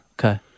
Okay